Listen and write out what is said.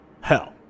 hell